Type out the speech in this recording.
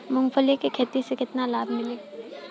मूँगफली के खेती से केतना लाभ मिली?